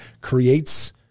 creates